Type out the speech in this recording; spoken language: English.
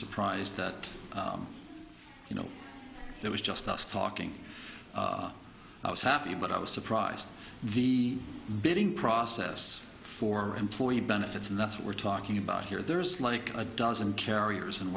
surprised that you know that was just tough talking i was happy but i was surprised the bidding process for employee benefits and that's what we're talking about here there's like a dozen carriers and